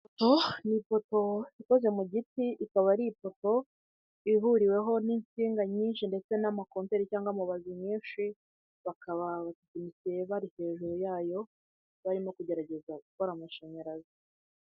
Ni ipoto ikoze mu giti, ikaba ari ipoto ihuriweho n'insinga nyinshi ndetse n'amakomveri cyangwa amabazi menshi, bakaba bari hejuru yayo, barimo kugerageza gukora amashanyarazi.